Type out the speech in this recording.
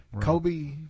Kobe